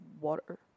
Water